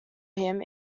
him